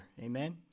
Amen